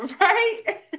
Right